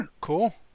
Cool